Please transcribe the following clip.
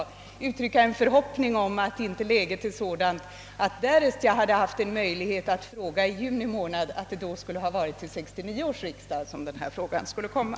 Jag uttrycker en förhoppning om att läget inte är sådant att svaret, därest jag hade haft möjlighet att fråga i juni, skulle ha blivit att proposition kommer att framläggas för 1969 års riksdag.